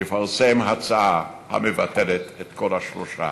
תפרסם הצעה המבטלת את כל השלושה,